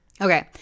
Okay